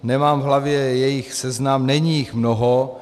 Nemám v hlavě jejich seznam, není jich mnoho.